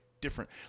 different